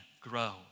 grow